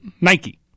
Nike